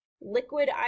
liquid